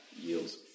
yields